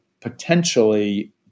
potentially